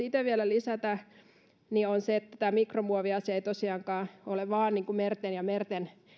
itse vielä lisätä että tämä mikromuoviasia ei tosiaankaan ole vain meriin ja merten